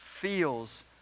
feels